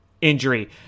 injury